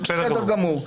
בסדר גמור.